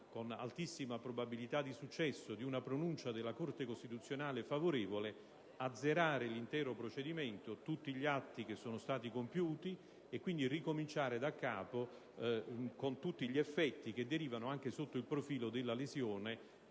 con altissima probabilità di successo, di una pronuncia favorevole della Corte costituzionale, si azzererebbe quindi l'intero procedimento e tutti gli atti che sono stati compiuti, ricominciando daccapo, con tutti gli effetti che ne derivano anche sotto il profilo della lesione